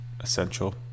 essential